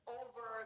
over